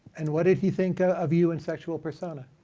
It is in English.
and what did he think ah of you and sexual personae?